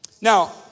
Now